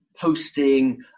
posting